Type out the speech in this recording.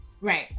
Right